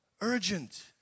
Urgent